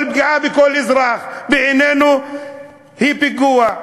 כל פגיעה בכל אזרח, בעינינו היא פיגוע.